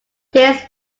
this